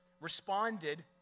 responded